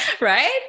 Right